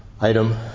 item